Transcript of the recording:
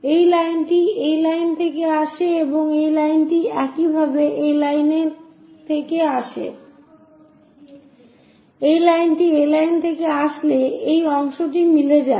এই লাইনটি এই লাইন থেকে আসে এবং এই লাইনটি একইভাবে এই লাইন থেকে আসে এই লাইনটি এই লাইন থেকে আসলে এই অংশটি মিলে যায়